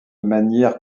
manière